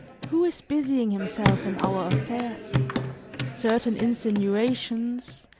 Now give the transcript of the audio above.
who is busying himself in our affairs certain insinuations,